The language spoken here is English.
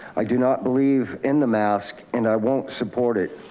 i do not believe in the mask and i won't support it.